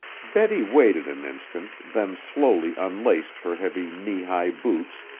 betty waited an instant, then slowly unlaced her heavy, knee-high boots,